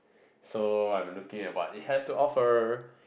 so I'm looking at what it has to offer